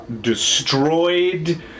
destroyed